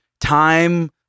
time